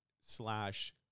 slash